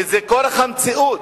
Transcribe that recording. וזה כורח המציאות.